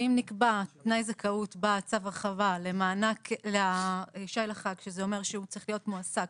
אם נקבע תנאי זכאות בצו הרחבה לשי לחג שזה אומר שהוא צריך להיות מועסק